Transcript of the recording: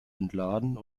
entladen